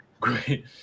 Great